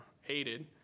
hated